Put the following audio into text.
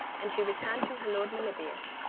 and she returned to her lord meliboeus,